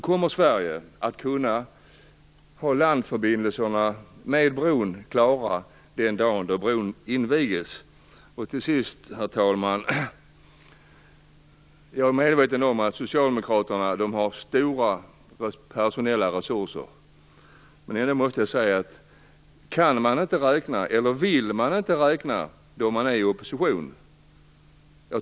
Kommer Sverige att ha landförbindelserna med bron klara den dagen då bron invigs? Herr talman! Till sist är jag medveten om att socialdemokraterna har stora personella resurser. Men jag undrar om man inte kan räkna. Eller vill man inte räkna när man är i opposition?